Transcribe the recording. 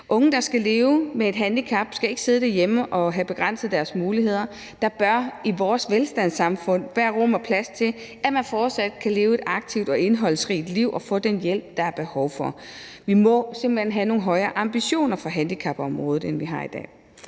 Unge, der skal leve med et handicap, skal ikke sidde derhjemme og have begrænset deres muligheder. Der bør i vores velstandssamfund være rum og plads til, at man fortsat kan leve et aktivt og indholdsrigt liv og få den hjælp, der er behov for. Vi må simpelt hen have nogle højere ambitioner for handicapområdet, end vi har i dag.